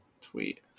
tweet